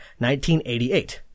1988